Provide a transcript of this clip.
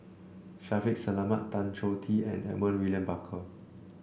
Shaffiq Selamat Tan Choh Tee and Edmund William Barker